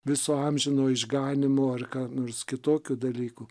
viso amžino išganymo ar ką nors kitokių dalykų